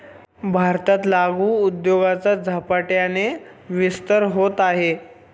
भारतात लघु उद्योगाचा झपाट्याने विस्तार होत आहे